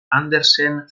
andersen